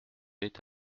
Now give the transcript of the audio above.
est